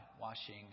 washing